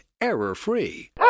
error-free